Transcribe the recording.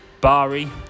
Bari